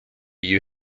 you